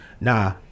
nah